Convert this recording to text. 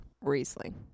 Riesling